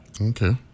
Okay